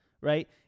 right